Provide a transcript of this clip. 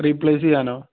replace ചെയ്യാനോ